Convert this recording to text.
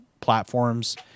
platforms